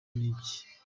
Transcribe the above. iki